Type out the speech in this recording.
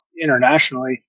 internationally